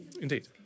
Indeed